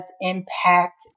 impact